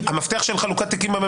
חלון העברות בין